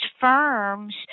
firms